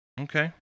Okay